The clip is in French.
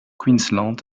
queensland